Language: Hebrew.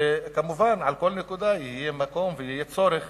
וכמובן על כל נקודה יהיה מקום ויהיה צורך